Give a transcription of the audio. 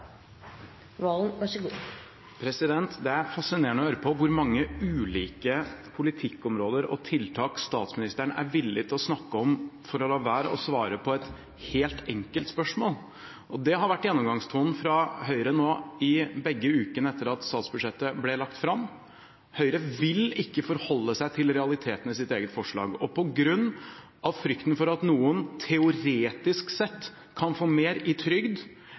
å høre hvor mange ulike politikkområder og tiltak statsministeren er villig til å snakke om for å la være å svare på et helt enkelt spørsmål. Det har vært gjennomgangstonen fra Høyre i begge ukene etter at statsbudsjettet ble lagt fram. Høyre vil ikke forholde seg til realiteten i sitt eget forslag. På grunn av frykten for at noen teoretisk sett kan få mer i trygd